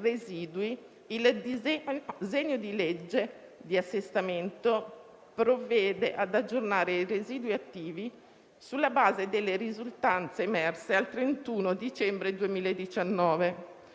residui, il disegno di legge di assestamento provvede ad aggiornare i residui attivi sulla base delle risultanze emerse al 31 dicembre 2019,